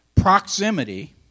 Proximity